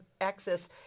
access